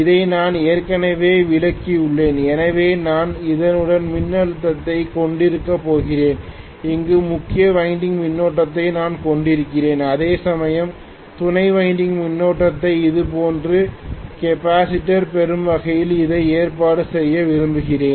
இதை நான் ஏற்கனவே விளக்கியுள்ளேன் எனவே நான் இதனுடன் மின்னழுத்தத்தைக் கொண்டிருக்கப் போகிறேன் இங்கு முக்கிய வைண்டிங் மின்னோட்டத்தை நான் கொண்டிருக்கிறேன் அதேசமயம் துணை வைண்டிங் மின்னோட்டம் இது போன்ற கெப்பாசிட்டர் பெறும் வகையில் அதை ஏற்பாடு செய்ய விரும்புகிறேன்